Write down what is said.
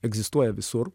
egzistuoja visur